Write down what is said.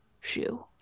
shoe